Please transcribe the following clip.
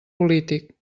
polític